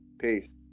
Peace